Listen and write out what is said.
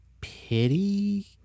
pity